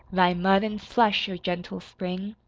thy mud an' slush, oh, gentle spring,